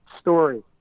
story